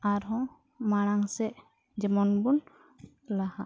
ᱟᱨ ᱦᱚᱸ ᱢᱟᱲᱟᱝ ᱥᱮᱫ ᱡᱮᱢᱚᱱ ᱵᱚᱱ ᱞᱟᱦᱟᱜᱼᱟ